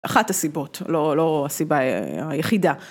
אחת הסיבות, לא, לא הסיבה היחידה.